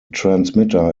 transmitter